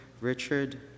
Richard